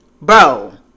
Bro